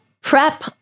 prep